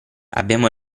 abbiamo